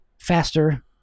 faster